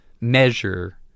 measure